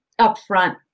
upfront